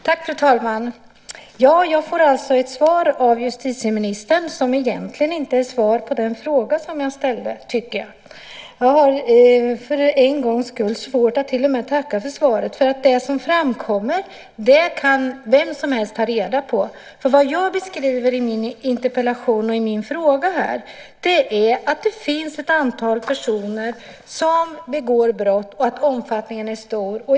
Fru talman! Jag får alltså ett svar av justitieministern som egentligen inte är svar på den fråga som jag ställde. Jag har för en gångs skull till och med svårt att tacka för svaret. Det som framkommer kan vem som helst ta reda på. Det jag beskriver i min interpellation är att det finns ett antal personer som begår brott och att omfattningen är stor.